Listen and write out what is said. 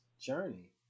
journey